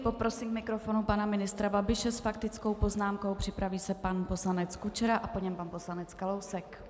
Poprosím k mikrofonu pana ministra Babiše s faktickou poznámkou, připraví se pan poslanec Kučera a po něm pan poslanec Kalousek.